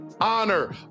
honor